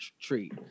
treat